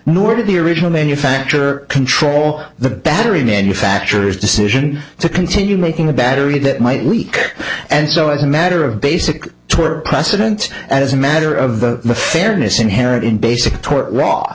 nor did the original manufacturer control the battery manufacturers decision to continue making a battery that might leak and so as a matter of basic tour precedent as a matter of the fairness inherent in basic tort law